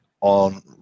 on